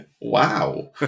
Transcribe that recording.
Wow